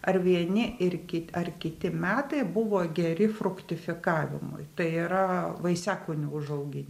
ar vieni ir kit ar kiti metai buvo geri fruktifikavimui tai yra vaisiakūnių užaugin